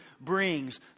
brings